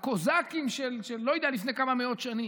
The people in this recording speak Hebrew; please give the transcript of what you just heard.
לקוזקים של לא יודע לפני כמה מאות שנים,